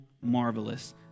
marvelous